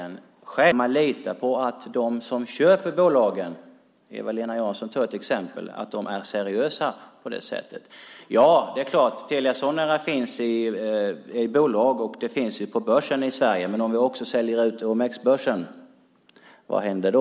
Kan man lita på att de som köper bolagen - Eva-Lena Jansson gav ett exempel - är seriösa på det sättet? Telia Sonera finns i bolag och på börsen i Sverige, men om vi säljer ut OMX-börsen vad händer då?